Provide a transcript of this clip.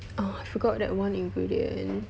uh I forgot that one ingredient